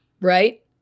right